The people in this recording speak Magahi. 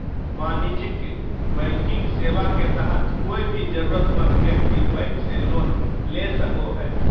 वाणिज्यिक बैंकिंग सेवा के तहत कोय भी जरूरतमंद व्यक्ति बैंक से लोन ले सको हय